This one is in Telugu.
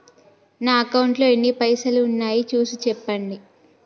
నా అకౌంట్లో ఎన్ని పైసలు ఉన్నాయి చూసి చెప్పండి?